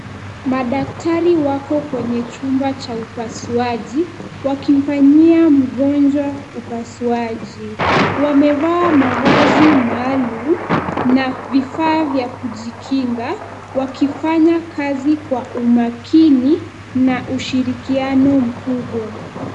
Madaktari wako kwenye chumba cha upasuaji, wakimfanyia mgonjwa upasuaji. Wamevaa mavazi maalum na vifaa vya kujikinga, wakifanya kazi kwa umakini na ushirikiano mkubwa.